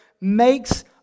makes